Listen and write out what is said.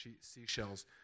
seashells